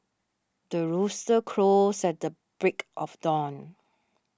the rooster crows at the break of dawn